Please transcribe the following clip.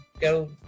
go